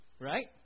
Right